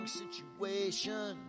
situation